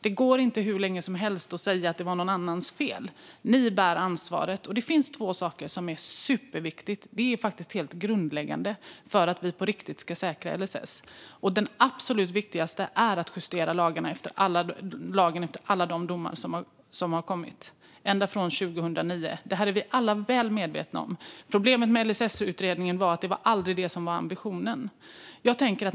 Man kan inte hur länge som helst säga att det var någon annans fel. Ni bär ansvaret. Det finns två saker som är superviktiga - faktiskt grundläggande - för att vi på riktigt ska säkra LSS. Det absolut viktigaste är att justera lagen efter alla de domar som har kommit ända sedan 2009. Vi är alla väl medvetna om detta. Problemet med LSS-utredningen var att detta aldrig var ambitionen med den.